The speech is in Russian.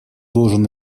должен